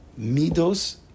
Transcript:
Midos